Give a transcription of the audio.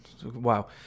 wow